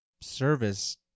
service